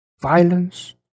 violence